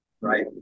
right